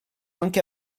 anche